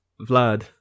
Vlad